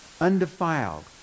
undefiled